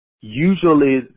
usually